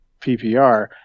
PPR